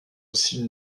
aussi